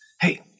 Hey